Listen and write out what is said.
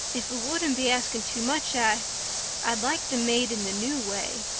if it wouldn't be asking too much i i'd like them made in the new way.